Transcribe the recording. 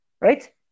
Right